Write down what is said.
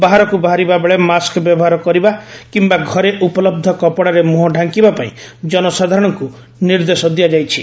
ବାହାରକୁ ବାହାରିବା ବେଳେ ମାସ୍କ ବ୍ୟବହାର କରିବା କିିୟା ଘରେ ଉପଲହ୍ଧ କପଡାରେ ମୁହଁ ଡ୍ୱାଙ୍କିବା ପାଇଁ ଜନସାଧାରଣଙ୍କୁ ନିର୍ଦ୍ଦେଶ ଦିଆଯାଇଛି